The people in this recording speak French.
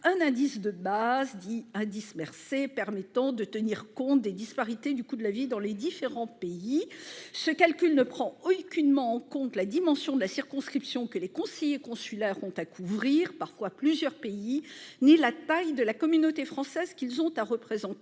un indice de base dit « indice Mercer », permettant de tenir compte des disparités du coût de la vie dans les différents pays. Ce calcul ne prend aucunement en compte la dimension de la circonscription que les conseillers consulaires ont à couvrir- parfois plusieurs pays -, ni la taille de la communauté française qu'ils ont à représenter,